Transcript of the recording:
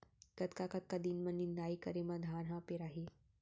कतका कतका दिन म निदाई करे म धान ह पेड़ाही?